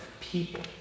people